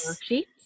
sheets